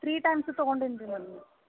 three times ತಗೊಂಡಿನಿ ರೀ madam